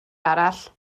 arall